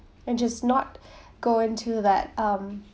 and just not go into that um